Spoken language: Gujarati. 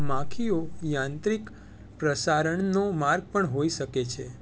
માખીઓ યાંત્રિક પ્રસારણનો માર્ગ પણ હોઈ શકે છે